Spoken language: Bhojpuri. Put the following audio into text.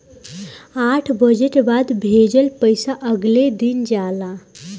आठ बजे के बाद भेजल पइसा अगले दिन जाला